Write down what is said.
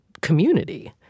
community